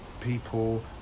people